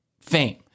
fame